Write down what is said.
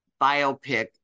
biopic